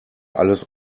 alles